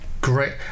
great